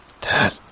Dad